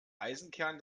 eisenkern